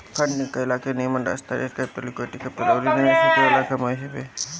funding कईला के निमन रास्ता डेट कैपिटल, इक्विटी कैपिटल अउरी निवेश से हॉवे वाला कमाई हवे